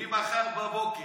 ממחר בבוקר.